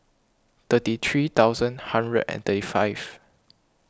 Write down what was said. thirty three thousand hundred and thirty five